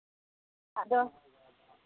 ᱟᱫᱚ